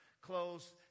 close